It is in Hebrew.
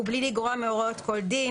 ומבלי לגרוע מהוראות כל דין,